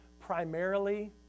primarily